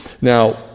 Now